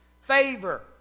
Favor